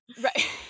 Right